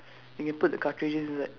you put the cartridges inside